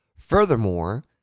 Furthermore